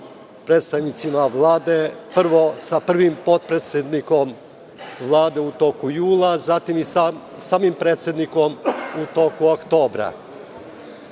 predstavnicima Vlade, prvo sa prvim potpredsednikom Vlade u toku jula, zatim i sa samim predsednikom u toku oktobra. Pitanje